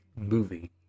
movie